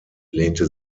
lehnte